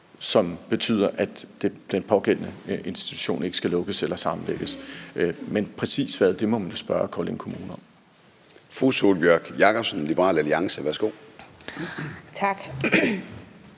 som betyder, at den pågældende institution ikke skal lukkes eller sammenlægges. Men det præcise må man jo spørge Kolding Kommune om. Kl. 09:20 Formanden (Søren Gade): Fru Sólbjørg Jakobsen, Liberal Alliance. Værsgo. Kl.